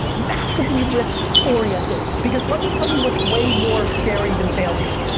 massively risk oriented. because let me tell you what's way more scary than failure.